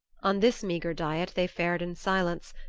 on this meagre diet they fared in silence,